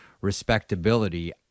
respectability